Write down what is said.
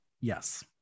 Yes